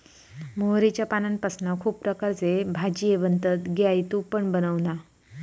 मोहरीच्या पानांपासना खुप प्रकारचे भाजीये बनतत गे आई तु पण बनवना